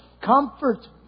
comfort